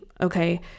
okay